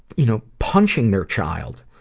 you know, punching their child.